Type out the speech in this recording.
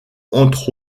entre